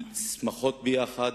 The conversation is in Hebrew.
בשמחות ביחד